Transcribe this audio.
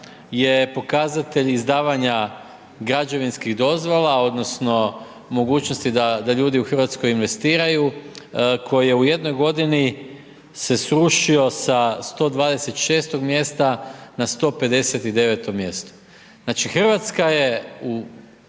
je pokazatelj izdavanja građevinskih dozvola, odnosno, mogućnosti da ljudi u Hrvatskoj investiraju, koji u jednoj godini se srušio sa 126 mjesta na 159 mjesto. Znači Hrvatska je u